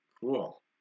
Cool